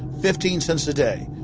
fifteen cents a day.